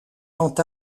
quant